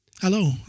Hello